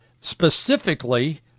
specifically